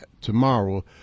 tomorrow